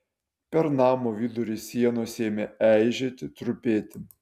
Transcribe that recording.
per namo vidurį sienos ėmė eižėti trupėti